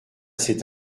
cet